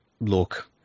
look